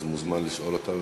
אז הוא מוזמן לשאול אותה,